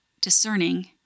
discerning